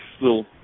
little